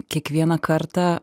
kiekvieną kartą